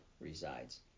resides